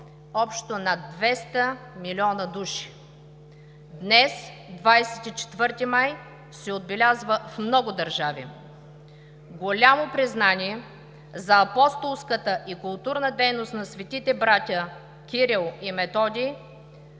общо над 200 милиона души. Днес 24 май се отбелязва в много държави. Голямо признание за апостолската и културната дейност на светите братя Кирил и Методий